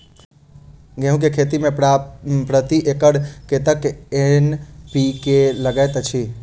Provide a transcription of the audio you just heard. गेंहूँ केँ खेती मे प्रति एकड़ कतेक एन.पी.के लागैत अछि?